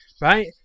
right